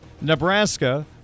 Nebraska